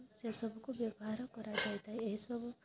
ସେ ସବୁକୁ ବ୍ୟବହାର କରାଯାଇଥାଏ ଏହିସବୁ